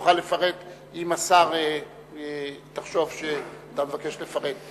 תוכל לפרט, אם תחשוב שאתה מבקש לפרט.